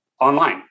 online